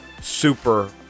super